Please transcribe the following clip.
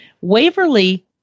Waverly